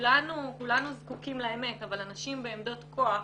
כולנו זקוקים לאמת, אבל אנשים בעמדות כוח